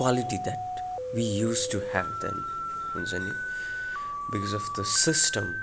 quality that we use to have then हुन्छ नि because of the system